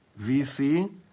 VC